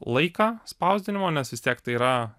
laiką spausdinimo nes vis tiek tai yra